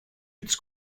its